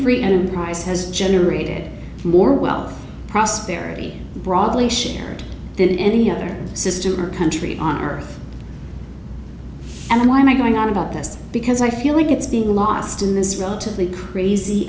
free enterprise has generated more wealth prosperity broadly shared than any other system or country on earth and i'm going on about this because i feel like it's being lost in this relatively crazy